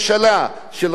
של ראש הממשלה,